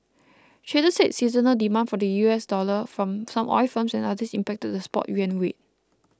traders said seasonal demand for the U S dollar from some oil firms and others impacted the spot yuan rate